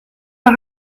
par